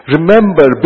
Remember